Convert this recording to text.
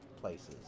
places